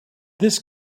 this